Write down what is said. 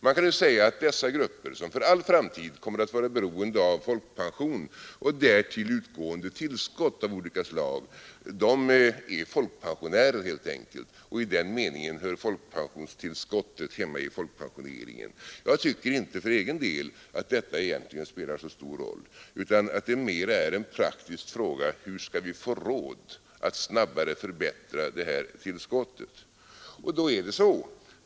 Man kan säga att dessa grupper, som för all framtid kommer att vara beroende av folkpension och därtill utgående tillskott av olika slag, är folkpensionärer helt enkelt, och i den meningen hör folkpensionstillskotten hemma i folkpensioneringen. Jag tycker inte för egen del att detta egentligen spelar så stor roll utan att det mera är en praktisk fråga: Hur skall vi få råd att snabbare förbättra de här tillskotten?